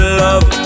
love